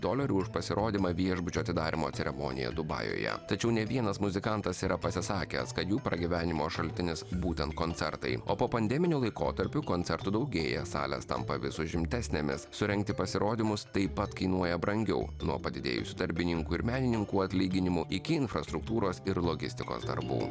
dolerių už pasirodymą viešbučio atidarymo ceremonijoj dubajuje tačiau ne vienas muzikantas yra pasisakęs kad jų pragyvenimo šaltinis būtent koncertai o po pandeminiu laikotarpiu koncertų daugėja salės tampa vis užimtesnėmis surengti pasirodymus taip pat kainuoja brangiau nuo padidėjusių darbininkų ir menininkų atlyginimų iki infrastruktūros ir logistikos darbų